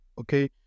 Okay